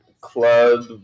club